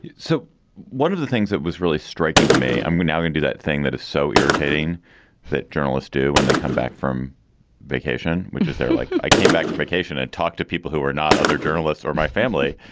yeah so one of the things that was really striking to me, i'm now going do that thing that is so irritating that journalists do when they come back from vacation, which is they're like, i came back on vacation and talked to people who are not other journalists or my family.